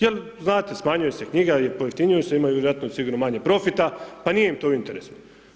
Jer znate smanjuje se knjiga i pojeftinjuju se, imaju vjerojatno sigurno manje profita pa nije im to u interesu.